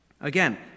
again